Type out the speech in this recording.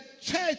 church